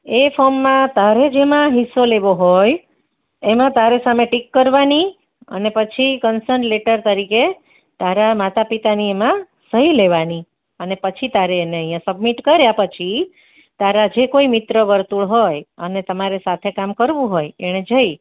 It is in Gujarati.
એ ફોર્મમાં તારે જેમાં હિસ્સો લેવો હોય એમાં તારે સામે ટીક કરવાની અને પછી કન્સન લેટર તરીકે તારા માતા પિતાની એમાં સહી લેવાની અને પછી તારે અને અહીંયા સબમિટ કર્યા પછી તારે જે કોઈ મિત્ર વર્તુળ હોય અને તમારે સાથે કામ કરવું હોય એને જઈ